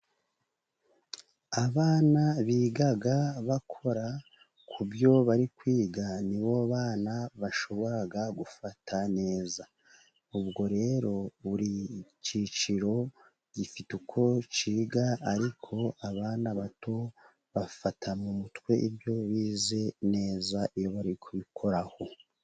Abana biga bakora kubyo bari kwiga, nibo bana bashobora gufata neza, ubwo rero buri cyiciro gifite uko cyiga, ariko abana bato bafata mu mutwe ibyo bize neza, iyo bari kubikoraho.